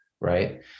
right